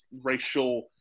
racial